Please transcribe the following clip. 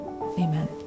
Amen